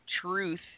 truth